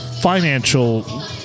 Financial